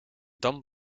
dam